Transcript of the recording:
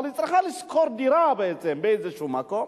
מהמדינה, אבל היא צריכה לשכור דירה באיזה מקום,